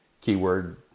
keyword